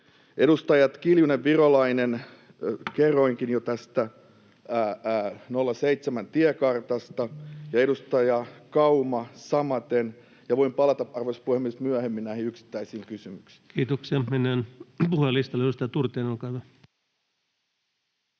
Edustajat Kiljunen, Virolainen ja Kauma, kerroinkin jo tästä 0,7-tiekartasta. Voin palata, arvoisa puhemies, myöhemmin näihin yksittäisiin kysymyksiin. Kiitoksia. — Mennään puhujalistalle. Edustaja Turtiainen, olkaa hyvä.